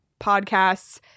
podcasts